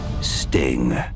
Sting